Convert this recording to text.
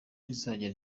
rizajya